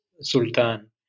Sultan